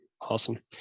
awesome